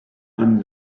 and